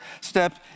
step